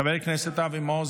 חבר הכנסת אבי מעוז,